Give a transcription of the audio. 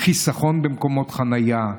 חיסכון במקומות חנייה,